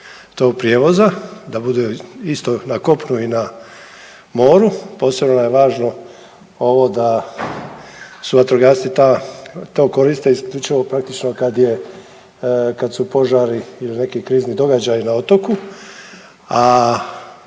tog prijevoza, da bude isto na kopnu i na moru. Posebno je važno ovo da su vatrogasci to koriste isključivo praktično kad su požari ili neki krizni događaji na otoku,